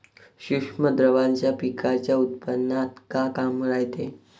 सूक्ष्म द्रव्याचं पिकाच्या उत्पन्नात का काम रायते?